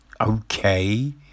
okay